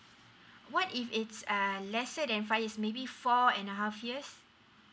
what if it's uh let's say less than five years maybe four and a half years